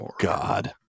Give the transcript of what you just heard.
God